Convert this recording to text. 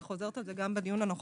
ואני חוזרת על זה גם בדיון הנוכחי,